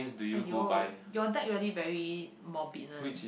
!aiyo! your that really very morbid one